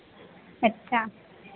अच्छा